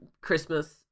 Christmas